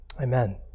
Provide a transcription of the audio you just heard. Amen